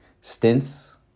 stints